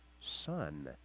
son